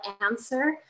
answer